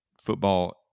football